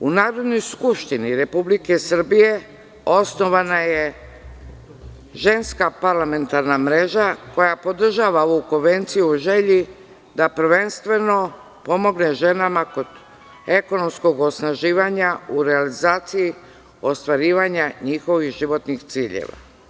U Narodnoj skupštini Republike Srbije osnovana je ženska parlamentarna mreža koja podržava ovu konvenciju u želji da prvenstveno pomogne ženama kod ekonomskog osnaživanja u realizaciji ostvarivanja njihovih životnih ciljeva.